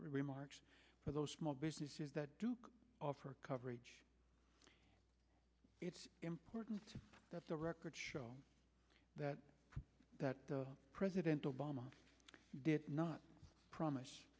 remarks for those small businesses that offer coverage it's important that the record show that that the president obama did not promise